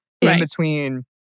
in-between